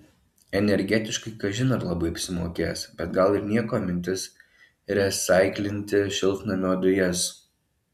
energetiškai kažin ar labai apsimokės bet gal ir nieko mintis resaiklinti šiltnamio dujas